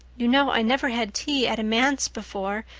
you know i never had tea at a manse before,